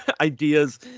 ideas